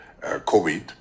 COVID